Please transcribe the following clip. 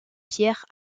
pierre